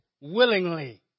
willingly